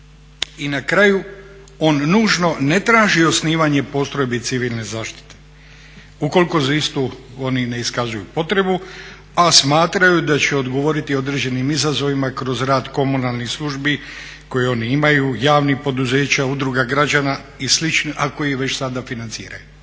I na kraju on nužno ne traži osnivanje postrojbi civilne zaštite ukoliko za istu oni ne iskazuju potrebu, a smatraju da će odgovoriti određenim izazovima kroz rad komunalnih službi koje oni imaju, javnih poduzeća, udruga građana i slično a koji već sada financiraju.